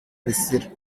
priscillah